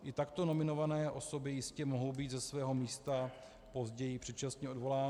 I takto nominované osoby jistě mohou být ze svého místa později předčasně odvolány.